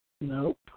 Nope